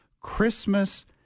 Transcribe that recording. Christmas